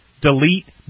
delete